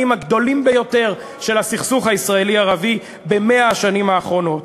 הגדולים ביותר של הסכסוך ישראלי ערבי ב-100 השנים האחרונות.